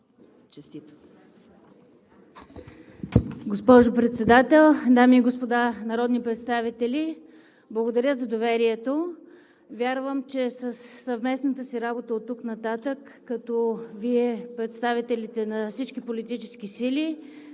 РУСИНОВА: Госпожо Председател, дами и господа народни представители! Благодаря за доверието. Вярвам, че със съвместната си работа оттук нататък Вие като представители на всички политически сили,